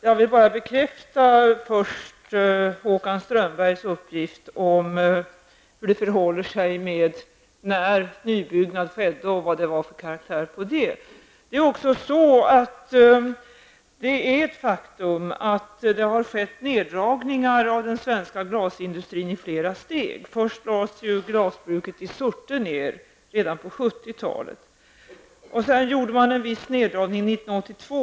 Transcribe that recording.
Fru talman! Jag vill bara först bekräfta Håkan Hammar och vilken karaktär den hade. Det är ett faktum att det i flera steg har skett en neddragning inom den svenska glasindustrin. Först lades glasbruket i Surte ner redan på 70-talet, och sedan skedde en viss neddragning år 1982.